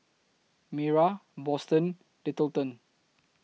Mayra Boston Littleton